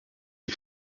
est